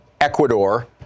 Ecuador